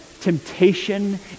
temptation